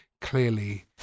Clearly